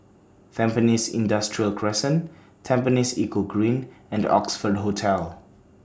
Tampines Industrial Crescent Tampines Eco Green and Oxford Hotel